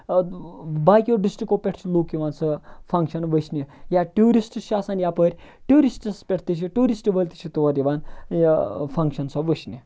باقیَو ڈِسٹرکَو پٮ۪ٹھ چھِ لُکھ یِوان سۄ فَنٛکشَن وٕچھنہِ یا ٹیٚورِسٹ چھِ آسان یَپٲر ٹورِسٹَس پٮ۪ٹھ تہِ چھِ ٹیٚورِسٹ وٲلۍ تہِ چھِ تور یِوان یہِ فَنٛکشَن سۄ وٕچھنہٕ